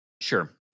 Sure